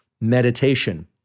meditation